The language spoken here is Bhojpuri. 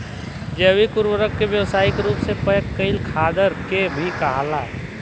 जैविक उर्वरक के व्यावसायिक रूप से पैक कईल खादर के भी कहाला